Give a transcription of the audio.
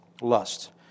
lust